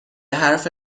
حرف